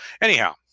Anyhow